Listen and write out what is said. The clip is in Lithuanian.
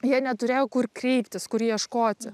jie neturėjo kur kreiptis kur ieškoti